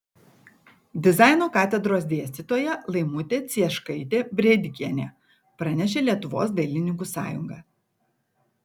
dizaino katedros dėstytoja laimutė cieškaitė brėdikienė pranešė lietuvos dailininkų sąjunga